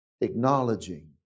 acknowledging